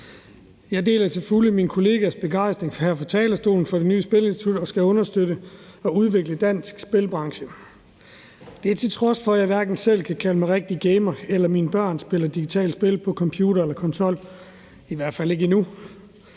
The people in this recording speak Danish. Jeg deler til fulde mine kollegaers begejstring her fra talerstolen for det nye spilinstitut, der skal understøtte og udvikle den danske spilbranche. Det er, til trods for at jeg hverken selv kan kalde mig en rigtig gamer, eller at mine børn spiller digitale spil på en computer eller konsol, i hvert fald ikke endnu.